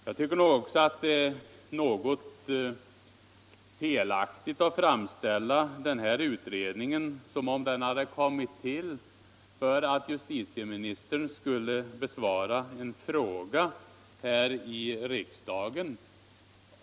Jag anser det också något felaktigt att försöka framställa det som om utredningen hade kommit till därför att justitieministern skulle besvara en fråga här i riksdagen.